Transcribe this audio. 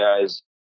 guys